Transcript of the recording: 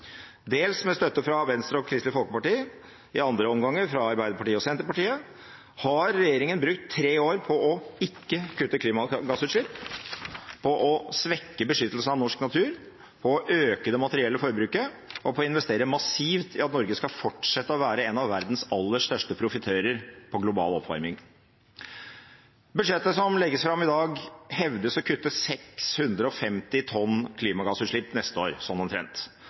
Dels med støtte fra Venstre og Kristelig Folkeparti – i andre omganger med støtte fra Arbeiderpartiet og Senterpartiet – har regjeringen brukt tre år på ikke å kutte klimagassutslipp, på å svekke beskyttelsen av norsk natur, på å øke det materielle forbruket og på å investere massivt i at Norge skal fortsette å være en av verdens aller største profitører på global oppvarming. Budsjettet som legges fram i dag, hevdes å kutte 650 000 tonn i klimagassutslipp neste år – sånn omtrent.